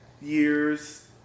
years